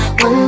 One